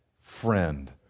friend